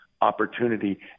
opportunity